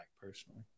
personally